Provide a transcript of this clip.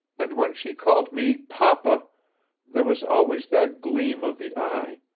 and when she called me papa there was always that gleam of the eye,